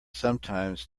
sometimes